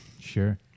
Sure